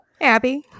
Abby